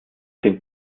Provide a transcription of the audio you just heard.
dem